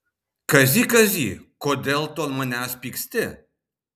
kazy kazy kodėl tu ant manęs pyksti